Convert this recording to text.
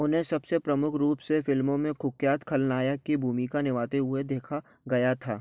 उन्हें सबसे प्रमुख रूप से फिल्मों में कुख्यात खलनायक की भूमिका निभाते हुए देखा गया था